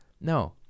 No